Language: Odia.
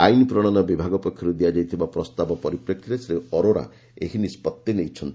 ଆଇନ୍ ପ୍ରଣୟନ ବିଭାଗ ପକ୍ଷରୁ ଦିଆଯାଇଥିବା ପ୍ରସ୍ତାବ ପରିପ୍ରେକ୍ଷୀରେ ଶ୍ରୀ ଅରୋରା ଏହି ନିଷ୍କଭି ନେଇଛନ୍ତି